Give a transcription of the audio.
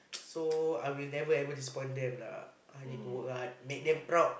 so I will never ever disappoint them lah I need to work hard make them proud